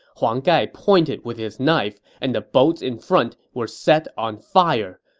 huang gai pointed with his knife, and the boats in front were set on fire.